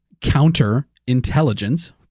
counterintelligence